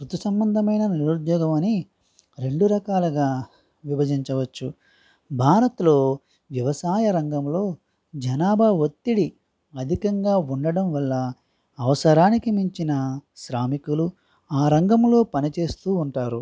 వృత సంబంధమైన నిరుద్యోగం అని రెండు రకాలుగా విభజించవచ్చు భారత్ లో వ్యవసాయ రంగంలో జనాభా ఒత్తిడి అధికంగా ఉండడం వల్ల అవసరానికి మించిన శ్రామికులు ఆ రంగంలో పని చేస్తూ ఉంటారు